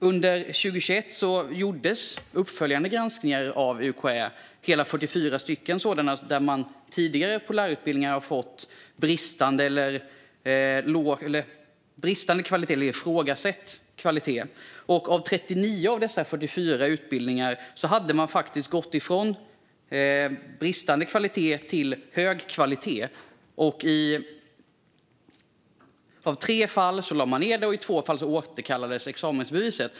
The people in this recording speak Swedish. Under 2021 gjordes hela 44 uppföljande granskningar av UKÄ, där lärarutbildningar i tidigare granskningar fått bristande eller ifrågasatt kvalitet. Av dessa 44 utbildningar hade 39 gått från bristande till hög kvalitet. I tre fall hade utbildningen lagts ned, och i två fall hade examenstillståndet återkallats.